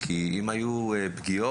כי אם היו פגיעות,